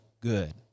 good